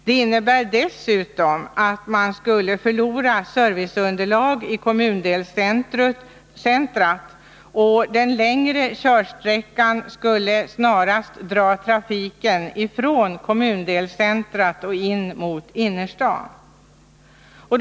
Det innebär dessutom att man skulle förlora serviceunderlag i kommundelscentret. Och den längre körsträckan skulle snarast dra trafiken ifrån kommundelscentret och in mot innerstaden.